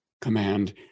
command